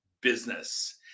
business